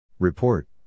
Report